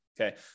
Okay